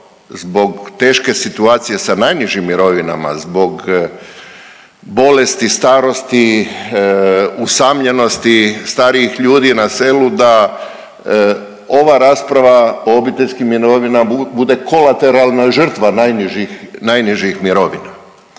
zbog teške situacije sa najnižim mirovinama zbog bolesti, starosti, usamljenosti starijih ljudi na selu da ova rasprava o obiteljskim mirovinama bude kolateralna žrtva najnižih, najnižih